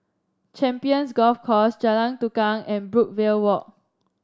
Champions Golf Course Jalan Tukang and Brookvale Walk